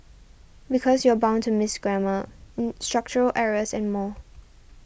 because you're bound to miss grammar structural errors and more